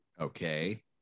Okay